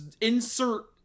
insert